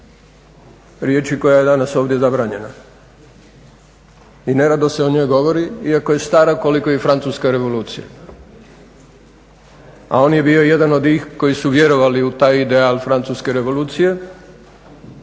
riječi koja je danas ovdje zabranjena i nerado se o njoj govori iako je stara koliko i Francuska revolucija, a on je bio jedan od tih koji su vjerovali u taj ideal Francuske revolucije